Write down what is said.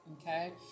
okay